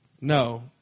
No